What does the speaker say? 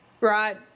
Right